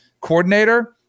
coordinator